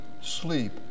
sleep